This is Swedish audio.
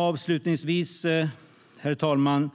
Avslutningsvis, herr talman,